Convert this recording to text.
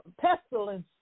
pestilence